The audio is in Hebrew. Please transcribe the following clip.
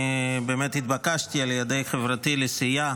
אני באמת התבקשתי על ידי חברתי לסיעה,